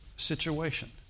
situation